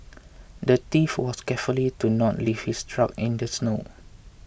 the thief was careful to not leave his track in the snow